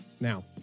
Now